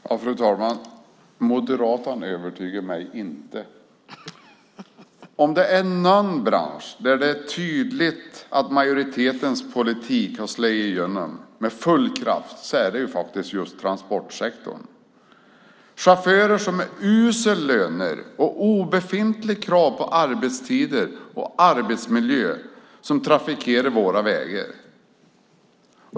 Fru talman! Moderaterna övertygar mig inte. Om det är någon bransch där det är tydligt att majoritetens politik har slagit igenom med full kraft är det just transportsektorn. Det är chaufförer med usla löner och obefintliga krav på arbetstider och arbetsmiljö som trafikerar våra vägar.